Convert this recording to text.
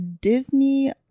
Disney